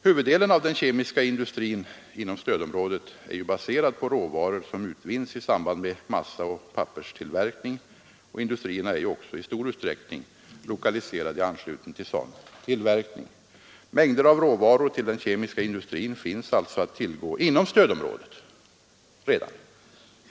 Huvuddelen av den kemiska industrin inom stödområdet är ju baserad på råvaror som utvinns i samband med massaoch papperstillverkning, och industrierna är också i stor utsträckning lokaliserade i anslutning till sådan tillverkning. Mängder av råvaror till den kemiska industrin finns alltså redan att tillgå inom stödområdet.